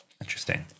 Interesting